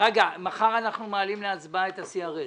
אנחנו מעלים להצבעה את ה-CRS.